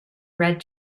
red